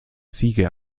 siege